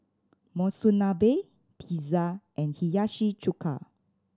Monsunabe Pizza and Hiyashi Chuka